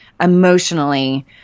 emotionally